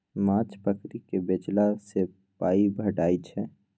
माछ पकरि केँ बेचला सँ पाइ भेटै छै